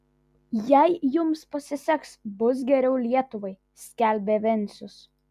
jei jums pasiseks bus geriau lietuvai skelbė vencius